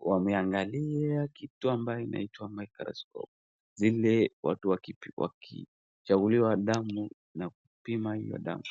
wameangalia kitu ambayo inaitwa microscope , zile watu wakichaguliwa damu na kupima hiyo damu.